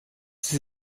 sie